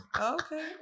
okay